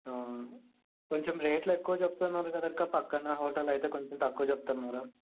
కొంచెం రేట్లు ఎక్కువ చెప్తున్నారు కదా అక్క ప్రక్కన హోటల్ అయితే కొంచెం తక్కువ చెప్తున్నారు